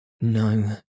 No